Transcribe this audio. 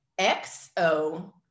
xo